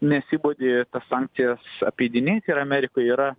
nesibodi tas sankcijas apeidinėti ir amerikoj yra